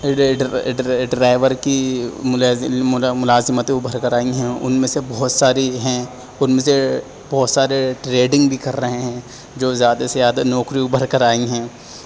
driver کی ملازمتیں ابھر کر آئی ہیں ان میں سے بہت ساری ہیں ان میں سے بہت سارے ٹریڈنگ بھی کر رہے ہیں جو زیادہ سے زیادہ نوکری ابھر کر آئی ہیں